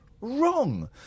wrong